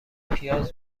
پیاز